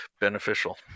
beneficial